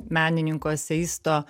menininko eseisto